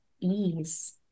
ease